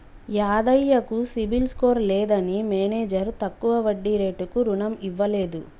యాదయ్య కు CIBIL score లేదని manager తక్కువ వడ్డీ రేటుకు రుణం ఇవ్వలేదు